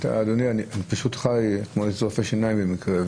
אדוני, הייתי אצל רופא שיניים אתמול במקרה.